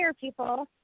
people